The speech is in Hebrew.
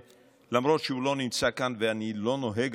למרות שהוא לא נמצא כאן ואני לא נוהג,